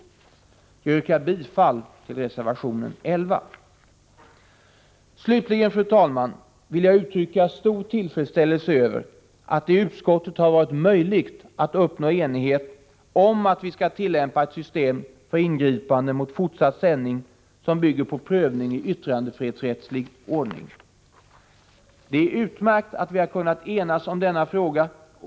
Jag yrkar bifall till reservation 11. Avslutningsvis, fru talman, vill jag uttrycka stor tillfredsställelse över att det i utskottet har varit möjligt att uppnå enighet om att vi skall tillämpa ett system för ingripanden mot fortsatt sändning som bygger på prövning i yttrandefrihetsrättslig ordning. Det är utmärkt att vi har kunnat enas om denna fråga.